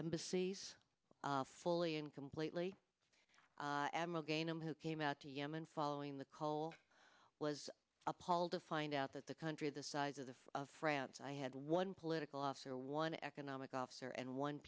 embassies fully and completely am again i'm who came out to yemen following the call was appalled to find out that the country the size of the of france i had one political officer one economic officer and one